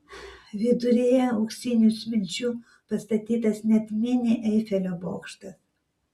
viduryje auksinių smilčių pastatytas net mini eifelio bokštas